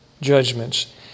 judgments